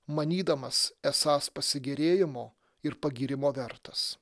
manydamas esąs pasigėrėjimo ir pagyrimo vertas